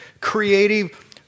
Creative